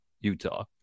Utah